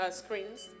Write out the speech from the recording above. screens